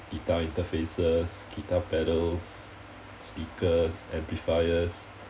guitar interfaces guitar pedals speakers amplifiers